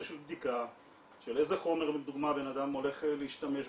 של בדיקה של איזה חומר לדוגמה בנאדם הולך להשתמש בו,